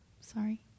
sorry